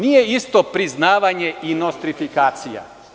Nije isto priznavanje i nostrifikacija.